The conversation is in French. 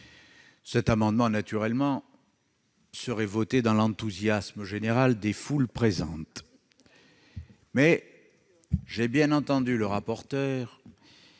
Cet amendement serait naturellement adopté dans l'enthousiasme général des foules présentes. Mais j'ai bien entendu M. le rapporteur,